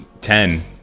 ten